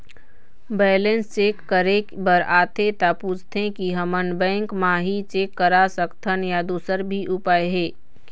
Balance check करे बर आथे ता पूछथें की हमन बैंक मा ही चेक करा सकथन या दुसर भी उपाय हे?